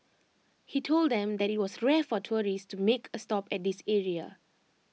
he told them that IT was rare for tourists to make A stop at this area